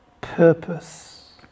purpose